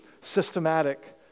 systematic